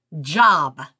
job